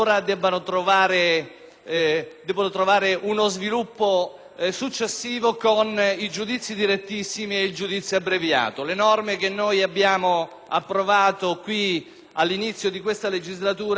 ora trovare uno sviluppo successivo con i giudizi direttissimi e abbreviati, norme che abbiamo approvato qui, all'inizio di questa legislatura, con il decreto-legge n.